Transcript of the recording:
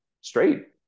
straight